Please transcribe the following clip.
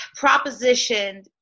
propositioned